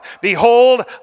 Behold